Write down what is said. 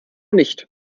nicht